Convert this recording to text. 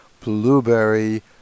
blueberry